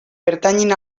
pertanyin